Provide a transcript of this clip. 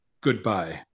goodbye